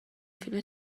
فیلم